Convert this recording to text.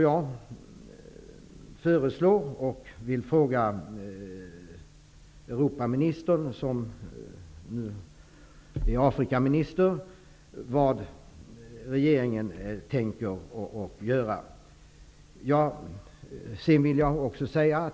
Jag vill fråga Europaministern, som nu också är Afrikaminister, vad regeringen tänker göra.